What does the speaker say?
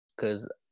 Cause